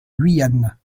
guyane